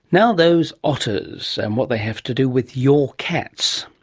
now those otters and what they have to do with your cats.